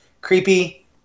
creepy